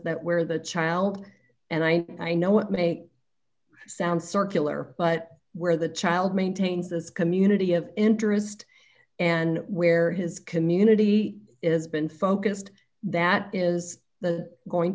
that where the child and i i know what make sounds circular but where the child maintains this community of interest and where his community is been focused that is the going